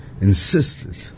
insisted